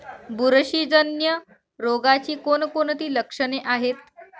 बुरशीजन्य रोगाची कोणकोणती लक्षणे आहेत?